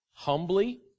humbly